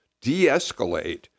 de-escalate